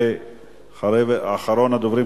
ואחרון הדוברים,